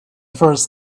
first